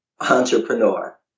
entrepreneur